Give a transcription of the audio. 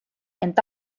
ent